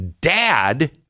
dad